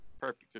Perfect